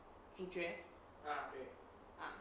主角 ah